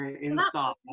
Inside